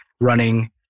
running